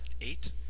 Eight